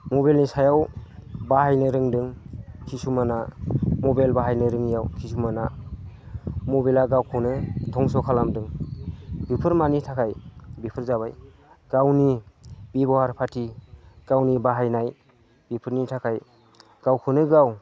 मबाइलनि सायाव बाहायनो रोंदों किसुमाना मबाइल बाहायनो रोङियाव किसुमाना मबाइला गावखौनो धंस' खालामदों बिफोर मानि थाखाय बेफोर जाबाय गावनि बेबहार पाति गावनि बाहायनाय बेफोरनि थाखाय गावखौनो गाव